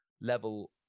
level